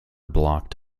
blocked